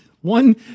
one